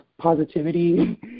positivity